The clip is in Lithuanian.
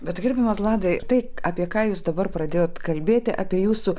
bet gerbiamas vladai tai apie ką jūs dabar pradėjot kalbėti apie jūsų